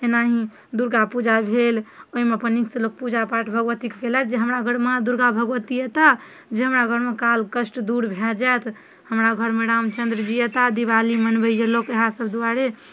एनाही दुर्गापूजा भेल ओहिमे अपन नीकसँ लोक पूजापाठ भगवतीके केलथि जे हमरा घर माँ दुर्गा भगवती एता जे हमरा घरमे कालकष्ट दूर भए जाएत हमरा घरमे रामचन्द्रजी एता दीवाली मनबैत गेल लोक इहए सब दुआरे